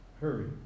Hurry